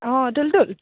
অঁ তুল তুল